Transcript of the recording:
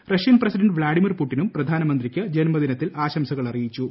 Russian president Vladimir പുട്ടിനും പ്രധാനമന്ത്രിക്ക് ജന്മദിനത്തിൽ ആശംസകൾ അറിയിച്ചു